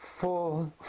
four